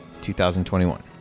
2021